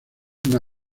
una